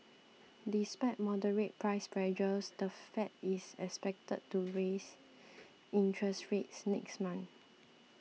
despite moderate price pressures the Fed is expected to raise interest rates next month